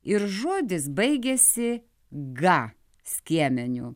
ir žodis baigėsi gą skiemeniu